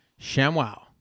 ShamWow